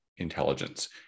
Intelligence